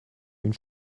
une